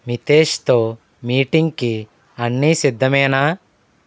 మితేష్తో మీటింగ్కి అన్నీ సిద్ధమేనా